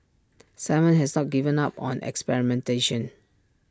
simon has not given up on experimentation